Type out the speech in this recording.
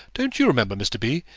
don't you remember, mr. b?